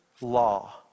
law